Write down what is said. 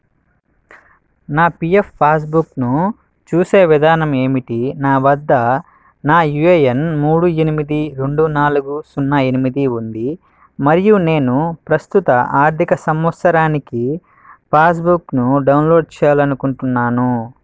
నా పీఎఫ్ పాస్బుక్ను చూసే విధానం ఏమిటి నా వద్ద నా యూఏఎన్ మూడు ఎనిమిది రెండు నాలుగు సున్నా ఎనిమిది ఉంది మరియు నేను ప్రస్తుత ఆర్థిక సంమత్సరానికి పాస్బుక్ను డౌన్లోడ్ చేయాలనుకుంటున్నాను